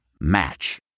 Match